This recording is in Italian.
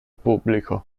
pubblico